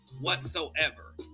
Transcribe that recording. whatsoever